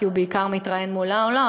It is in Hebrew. כי הוא בעיקר מתראיין מול העולם,